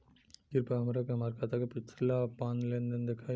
कृपया हमरा के हमार खाता के पिछला पांच लेनदेन देखाईं